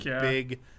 big